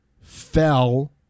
fell